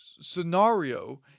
scenario